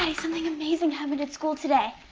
something amazing happened at school today.